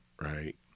Right